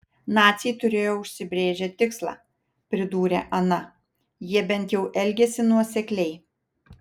naciai turėjo užsibrėžę tikslą pridūrė ana jie bent jau elgėsi nuosekliai